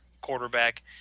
quarterback